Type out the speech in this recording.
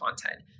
content